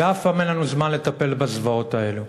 ואף פעם אין לנו זמן לטפל בזוועות האלה.